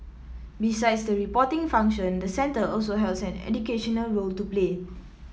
besides the reporting function the centre also has an educational role to play